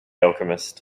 alchemist